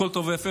הכול טוב ויפה,